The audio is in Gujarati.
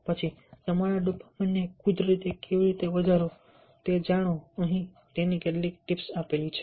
પછી તમારા ડોપામાઇનને કુદરતી રીતે કેવી રીતે વધારવું તે જાણો અહીં કેટલીક ટિપ્સ છે